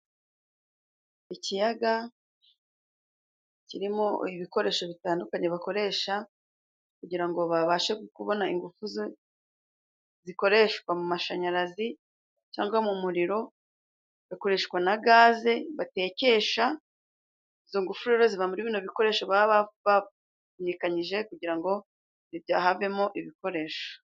Ikiyaga kirimo ibikoresho bitandukanye bakoresha kugira ngo babashe kubona ingufu zikoreshwa mu mashanyarazi cyangwa mu muriro ,hakoreshwa na gaze batekesha, izo ngufu rero ziba muri bino bikoresho baba bapfundikanyije kugira ngo havemo ibikoresho.